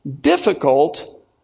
difficult